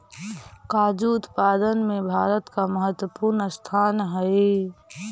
काजू उत्पादन में भारत का महत्वपूर्ण स्थान हई